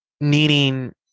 needing